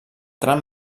tram